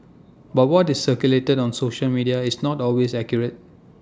but what is circulated on social media is not always accurate